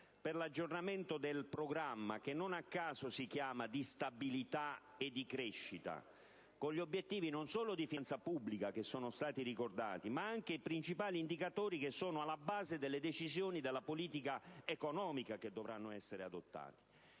per l'aggiornamento del Programma, che non a caso si chiama di stabilità e di crescita, non solo con gli obiettivi di finanza pubblica che sono stati ricordati, ma anche con i principali indicatori che sono alla base delle decisioni di politica economica che dovranno essere adottate.